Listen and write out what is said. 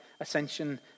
Ascension